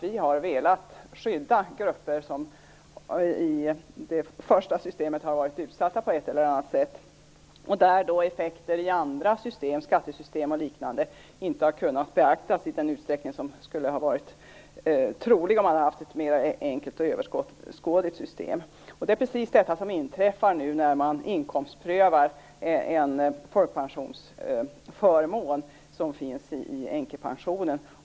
Vi har velat skydda grupper som i det första systemet har varit utsatta på ett eller annat sätt. Effekter i andra system, skattesystem och liknande, har inte kunnat beaktas i den utsträckning som skulle ha varit trolig om man haft ett mer enkelt och överskådligt system. Det är precis det som nu inträffar när man inkomstprövar en folkpensionsförmån som finns i änkepensionen.